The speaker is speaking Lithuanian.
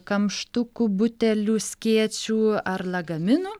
kamštukų butelių skėčių ar lagaminų